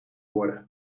worden